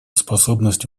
способность